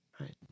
right